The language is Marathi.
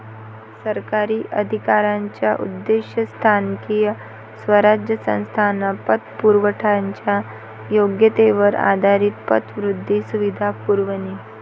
सरकारी अधिकाऱ्यांचा उद्देश स्थानिक स्वराज्य संस्थांना पतपुरवठ्याच्या योग्यतेवर आधारित पतवृद्धी सुविधा पुरवणे